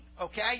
okay